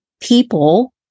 people